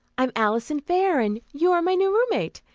i am alison fair, and you are my new roommate.